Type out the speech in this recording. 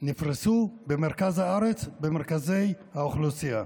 נפרסו במרכז הארץ, במרכזי האוכלוסייה.